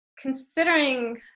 considering